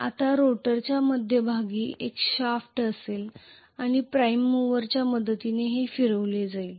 आता रोटरच्या मध्यभागी एक शाफ्ट असेल आणि प्राइम मूवरच्या मदतीने हे फिरविले जाईल